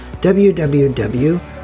www